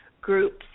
groups